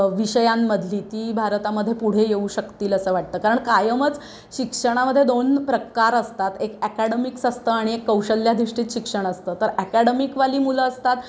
विषयांमधली ती भारतामध्ये पुढे येऊ शकतील असं वाटतं कारण कायमच शिक्षणामध्ये दोन प्रकार असतात एक ॲकॅडमिक्स असतं आणि एक कौशल्याधिष्ठित शिक्षण असतं तर ॲकॅडमिकवाली मुलं असतात